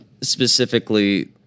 specifically